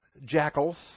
jackals